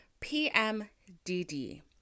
pmdd